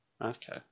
Okay